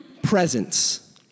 presence